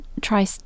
try